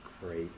great